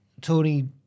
Tony